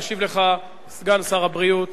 ישיב לך סגן שר הבריאות